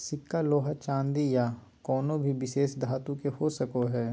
सिक्का लोहा चांदी या कउनो भी विशेष धातु के हो सको हय